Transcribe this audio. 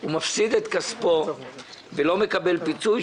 הוא מפסיד את כספו ולא מקבל פיצוי.